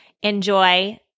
Enjoy